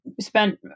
spent